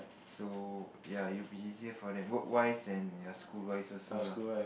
so ya it'll be easier for them work wise and ya school wise also lah